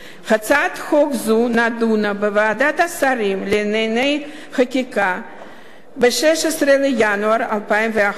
הצעת חוק זו נדונה בוועדת שרים לענייני חקיקה ב-16 בינואר 2011,